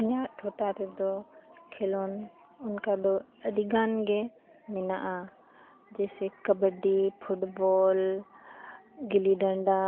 ᱤᱧᱟᱹᱜ ᱴᱚᱴᱷᱟ ᱨᱮᱫᱚ ᱠᱷᱮᱞᱚᱸᱰ ᱚᱱᱠᱟ ᱫᱚ ᱟᱹᱰᱤ ᱜᱟᱱᱜᱮ ᱢᱮᱱᱟᱜᱼᱟ ᱡᱮᱭᱥᱮ ᱠᱟᱵᱟᱰᱤ ᱯᱷᱩᱴᱵᱚᱞ ᱜᱤᱞᱤ ᱰᱟᱸᱰᱟ